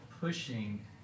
pushing